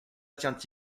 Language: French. tient